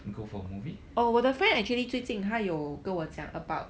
go for movie